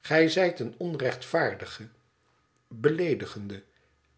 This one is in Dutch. gij zijt een onrechtvaardige beleedigende